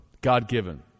God-given